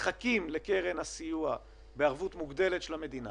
שמחכים לקרן הסיוע בערבות מוגדלת של המדינה